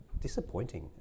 disappointing